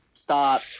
stop